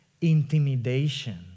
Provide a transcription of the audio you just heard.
intimidation